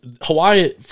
Hawaii